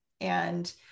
And-